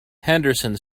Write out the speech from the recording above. henderson